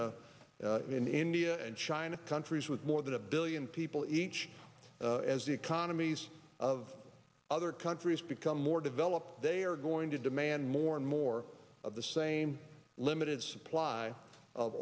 in india and china countries with more than a billion people each as the economies of other countries become more developed they are going to demand more and more of the same limited supply of